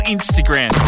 Instagram